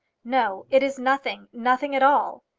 no it is nothing nothing at all.